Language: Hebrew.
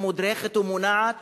מודרכת ומוּנעת